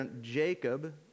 Jacob